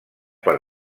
per